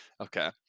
Okay